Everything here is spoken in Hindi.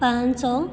पाँच सौ